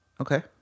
okay